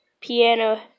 piano